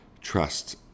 trust